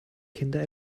kinder